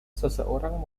seseorang